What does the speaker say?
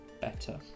Better